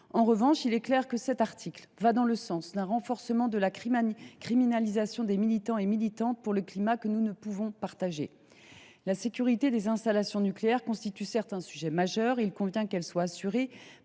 En revanche, il est clair que cet article va dans le sens d’un renforcement de la criminalisation des militants et militantes pour le climat, approche que nous ne pouvons partager. La sécurité des installations nucléaires constitue certes un sujet majeur ; il convient qu’elle soit assurée